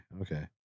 Okay